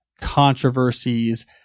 controversies